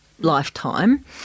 lifetime